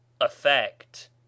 Effect